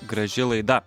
graži laida